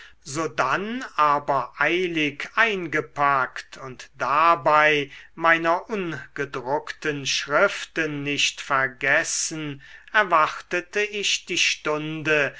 sodann aber eilig eingepackt und dabei meiner ungedruckten schriften nicht vergessen erwartete ich die stunde